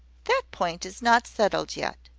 that point is not settled yet.